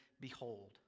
Behold